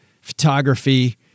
photography